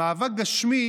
במאבק גשמי